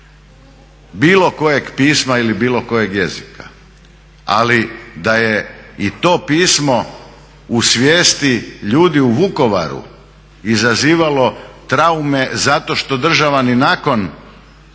bilo kojeg pisma ili bilo kojeg jezika, ali da je i to pismo u svijesti ljudi u Vukovaru izazivalo traume zato što država ni nakon